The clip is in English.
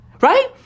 Right